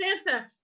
Santa